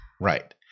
Right